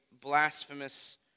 blasphemous